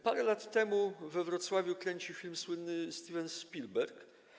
Parę lat temu we Wrocławiu kręcił film słynny Steven Spielberg.